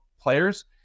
players